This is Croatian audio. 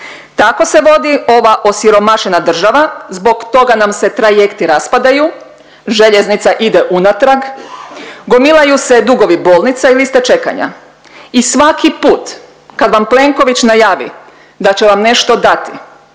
Tako se vodi ova osiromašena država, zbog toga nam se trajekti raspadaju, željeznica ide unatrag, gomilaju se dugovi bolnica i liste čekanja. I svaki put kad vam Plenković najavi da će vam nešto dati